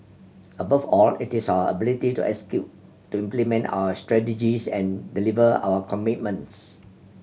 above all it is our ability to execute to implement our strategies and deliver our commitments